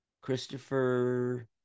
Christopher